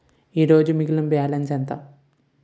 ఈరోజు మిగిలిన బ్యాలెన్స్ ఎంత?